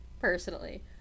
personally